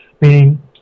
meaning